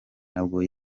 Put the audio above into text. nabwo